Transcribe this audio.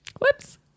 Whoops